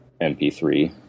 MP3